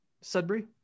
Sudbury